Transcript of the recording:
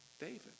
David